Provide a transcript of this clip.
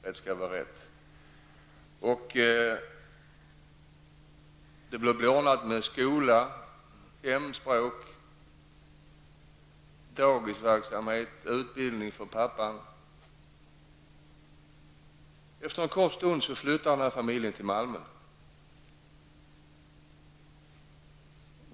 Det ordnades med skola, hemspråksundervisning, dagisplatser och utbildning för pappan. Efter ett kort tag flyttade familjen till Malmö.